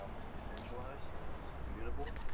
um it's decentralized, it's immutable,